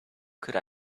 could